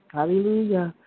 Hallelujah